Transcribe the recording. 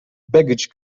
baggage